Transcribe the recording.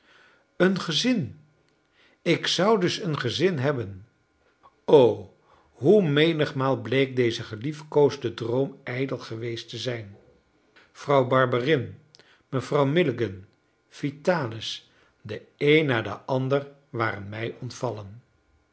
een gezin ik zou dus een gezin hebben o hoe menigmaal bleek deze geliefkoosde droom ijdel geweest te zijn vrouw barberin mevrouw milligan vitalis de een na de ander waren mij ontvallen